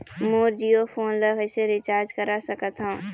मोर Jio phone ला किसे recharge करा सकत हवं?